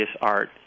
art